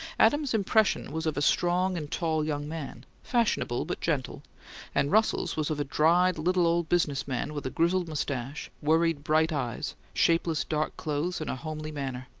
adams's impression was of a strong and tall young man, fashionable but gentle and russell's was of a dried, little old business man with a grizzled moustache, worried bright eyes, shapeless dark clothes, and a homely manner.